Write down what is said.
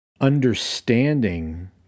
understanding